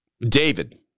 David